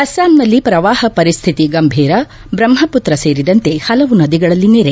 ಅಸ್ಸಾಂನಲ್ಲಿ ಪ್ರವಾಹ ಪರಿಸ್ಟಿತಿ ಗಂಭೀರ ಬ್ರಹ್ನಪುತ್ರ ಸೇರಿದಂತೆ ಹಲವು ನದಿಗಳಲ್ಲಿ ನೆರೆ